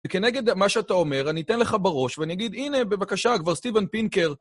וכנגד מה שאתה אומר, אני אתן לך בראש, ואני אגיד, הנה, בבקשה, כבר סטיבן פינקר.